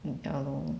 mm ya lor